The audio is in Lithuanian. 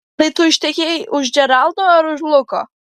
tai tu ištekėjai už džeraldo ar už luko